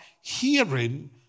hearing